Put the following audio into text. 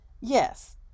Yes